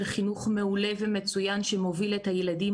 של חינוך מעולה ומצוין שמוביל את הילדים